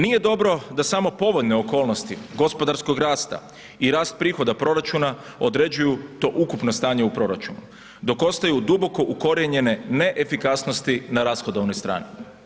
Nije dobro da samo povoljne okolnosti gospodarskog rasta i rast prihoda proračuna određuju to ukupno stanje u proračunu, dok ostaju duboko ukorijenjene neefikasnosti na rashodovnoj strani.